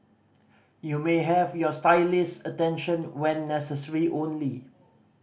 you may have your stylist's attention when necessary only